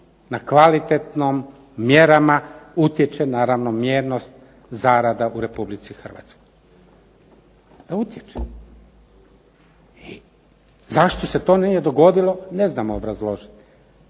na kvalitetnom mjerama, utječe na ravnomjernost zarada u Republici Hrvatskoj. Zašto se to nije dogodilo, ne znamo obrazložiti,